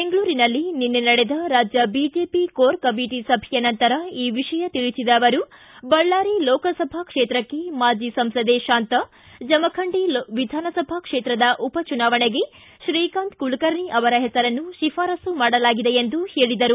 ಬೆಂಗಳೂರಿನಲ್ಲಿ ನಿನ್ನೆ ನಡೆದ ರಾಜ್ಯ ಬಿಜೆಪಿ ಕೋರ್ ಕಮಿಟಿ ಸಭೆಯ ನಂತರ ಈ ವಿಷಯ ತಿಳಿಸಿದ ಅವರು ಬಳ್ಳಾರಿ ಲೋಕಸಭಾ ಕ್ಷೇತ್ರಕ್ಕೆ ಮಾಜಿ ಸಂಸದೆ ಶಾಂತಾ ಜಮಖಂಡಿ ವಿಧಾನಸಭಾ ಕ್ಷೇತ್ರದ ಉಪಚುನಾವಣೆಗೆ ಶ್ರೀಕಾಂತ್ ಕುಲಕರ್ಣಿ ಅವರ ಹೆಸರನ್ನು ಶಿಫಾರಸ್ಸು ಮಾಡಲಾಗಿದೆ ಎಂದು ಹೇಳಿದರು